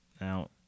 Now